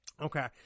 Okay